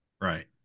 right